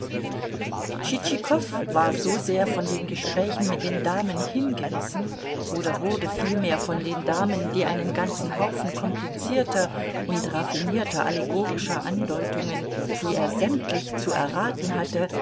war so sehr von den gesprächen mit den damen hingerissen oder wurde vielmehr von den damen die einen ganzen haufen komplizierter und raffinierter allegorischer andeutungen die er sämtlich zu erraten hatte